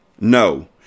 No